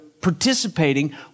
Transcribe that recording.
participating